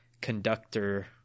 conductor